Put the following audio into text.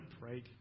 right